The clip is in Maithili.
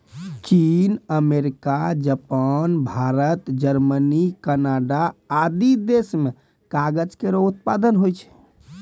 चीन, America, Japan, Bharat, Germany, Canada आदि देस म कागज केरो उत्पादन होय छै